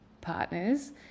partners